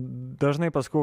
dažnai pasakau